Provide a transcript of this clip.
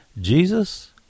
Jesus